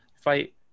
fight